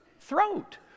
throat